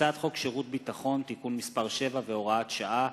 הצעת חוק שירות ביטחון (תיקון מס' 7 והוראת שעה)